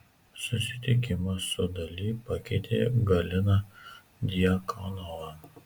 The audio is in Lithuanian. susitikimas su dali pakeitė galiną djakonovą